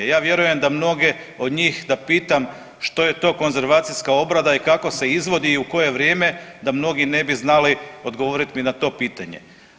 Ja vjerujem da mnoge od njih da pitam što je to konzervacijska obrada i kako se izvodi i u koje vrijeme da mnogi ne bi znali odgovorit mi na to pitanje.